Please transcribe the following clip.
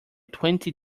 twenty